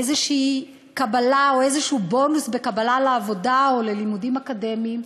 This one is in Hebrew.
איזושהי קבלה או איזשהו בונוס בקבלה לעבודה או ללימודים אקדמיים.